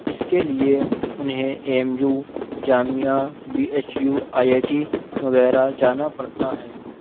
اس کے لیے انہیں A M U Jamia B H U I I T وغیرہ جانا پڑتا ہے